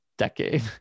decade